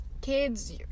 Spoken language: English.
kids